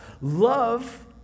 Love